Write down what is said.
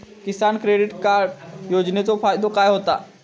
किसान credit card योजनेचो फायदो काय होता?